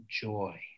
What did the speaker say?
joy